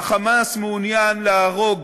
ה"חמאס" מעוניין להרוג